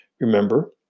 remember